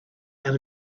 out